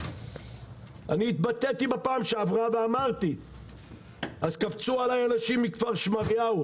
אני התבטאתי בפעם שעברה אז קפצו עליי אנשים מכפר שמריהו,